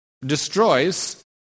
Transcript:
destroys